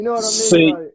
see